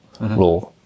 law